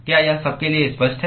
क्या यह सबके लिए स्पष्ट है